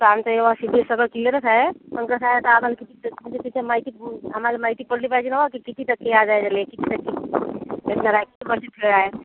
तर आमचं ए वा सी ते सगळं क्लियरच आहे पण कसं आहे आता आम्हाला किती म्हणजे त्याची माहिती आम्हाला माहिती पडली पाहिजे नव की किती टक्के व्याज आहे याला किती टक्के धरणार आहे किती परसेंट आहे